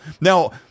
Now